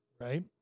Right